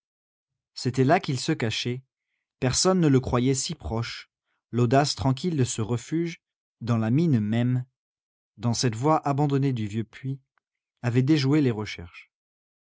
c'était là qu'il se cachait personne ne le croyait si proche l'audace tranquille de ce refuge dans la mine même dans cette voie abandonnée du vieux puits avait déjoué les recherches